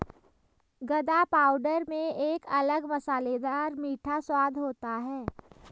गदा पाउडर में एक अलग मसालेदार मीठा स्वाद होता है